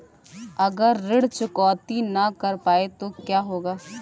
अगर ऋण चुकौती न कर पाए तो क्या होगा?